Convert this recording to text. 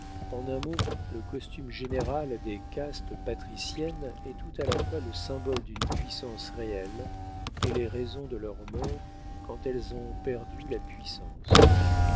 en un mot le costume général des castes patriciennes est tout à la fois le symbole d'une puissance réelle et les raisons de leur mort quand elles ont perdu la puissance